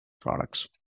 products